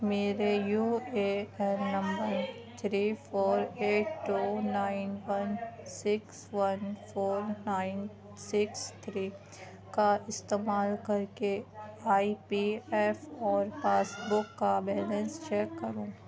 میرے U A N نمبر three four eight two nine one six one four nine six three کا استعمال کر کے آی پی ایف اور پاسبک کا بیلنس چیک کرو